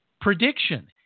prediction